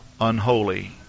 unholy